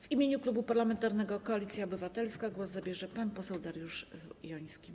W imieniu Klubu Parlamentarnego Koalicja Obywatelska głos zabierze pan poseł Dariusz Joński.